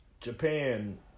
Japan